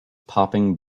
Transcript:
popping